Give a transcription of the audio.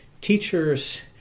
teachers